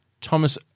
Thomas